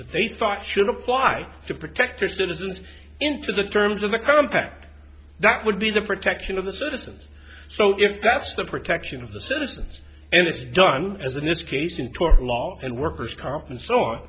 that they thought should apply to protect their citizens into the terms of the compact that would be the protection of the citizens so if that's the protection of the citizens and it's done as in its case in tort law and worker's comp and so on